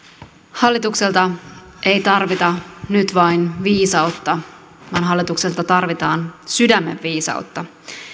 hallitukselta ei tarvita nyt vain viisautta vaan hallitukselta tarvitaan sydämen viisautta